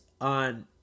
on